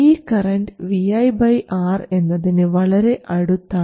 ഈ current Vi R എന്നതിന് വളരെ അടുത്താണ്